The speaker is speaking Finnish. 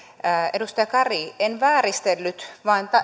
edustaja kari en vääristellyt vaan